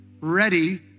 ready